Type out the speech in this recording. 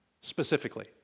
specifically